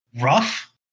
rough